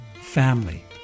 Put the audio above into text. family